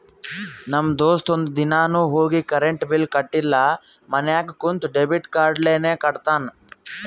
ನಮ್ ದೋಸ್ತ ಒಂದ್ ದಿನಾನು ಹೋಗಿ ಕರೆಂಟ್ ಬಿಲ್ ಕಟ್ಟಿಲ ಮನ್ಯಾಗ ಕುಂತ ಡೆಬಿಟ್ ಕಾರ್ಡ್ಲೇನೆ ಕಟ್ಟತ್ತಾನ್